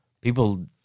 People